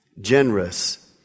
generous